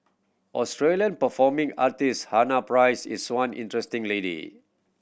Australian performing artist Hannah Price is one interesting lady